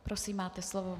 Prosím, máte slovo.